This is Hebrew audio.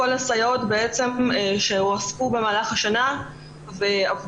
כל הסייעות שהועסקו במהלך השנה ועובדות